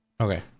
Okay